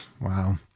Wow